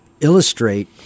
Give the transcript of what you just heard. illustrate